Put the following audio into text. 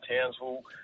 Townsville